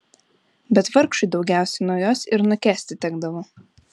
bet vargšui daugiausiai nuo jos ir nukęsti tekdavo